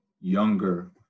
younger